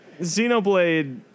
Xenoblade